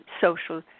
social